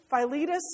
Philetus